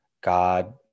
God